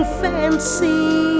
fancy